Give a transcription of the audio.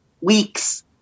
weeks